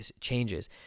changes